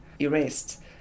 erased